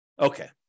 Okay